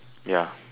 ya